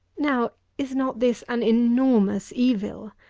now, is not this an enormous evil?